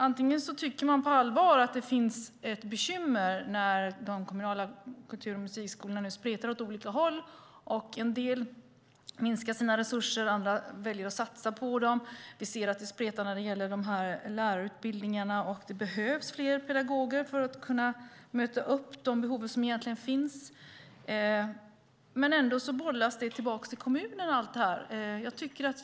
Antingen tycker man på allvar att det finns ett bekymmer när de kommunala musik och kulturskolorna nu spretar åt olika håll och en del minskar sina resurser medan andra väljer att satsa på dem. Vi ser att det spretar när det gäller lärarutbildningarna. Det behövs fler pedagoger för att möta upp de behov som finns. Ändå bollas allt detta tillbaka till kommunerna.